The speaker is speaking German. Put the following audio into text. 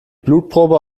blutprobe